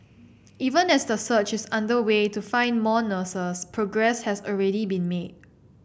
even as the search is underway to find more nurses progress has already been made